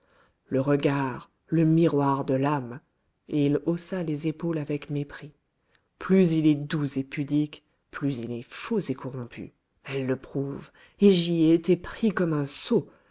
le regard le miroir de l'âme et il haussa les épaules avec mépris plus il est doux et pudique plus il est faux et corrompu elle le prouve et j'y ai été pris comme un sot